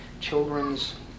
children's